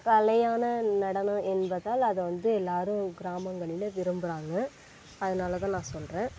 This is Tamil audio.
கலையான நடனம் என்பதால் அதை வந்து எல்லாேரும் கிராமங்களிலே விரும்புகிறாங்க அதனாலதான் நான் சொல்கிறேன்